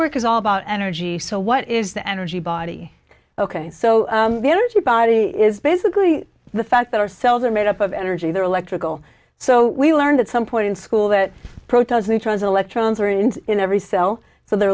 work is all about energy so what is the energy body ok so the energy body is basically the fact that our cells are made up of energy they're electrical so we learned at some point in school that protons neutrons electrons are in in every cell for the